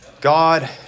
God